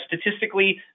statistically